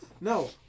No